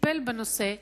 שטיפל בנושא,